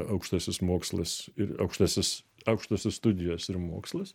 aukštasis mokslas aukštasis aukštosios studijos ir mokslas